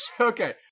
okay